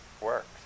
works